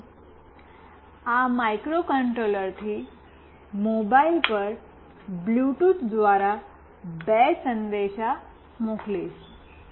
હવે હું આ માઇક્રોકન્ટ્રોલરથી આ મોબાઇલ પર બ્લૂટૂથ દ્વારા બે સંદેશા મોકલીશ